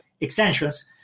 extensions